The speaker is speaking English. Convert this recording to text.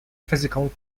physical